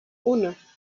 uno